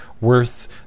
worth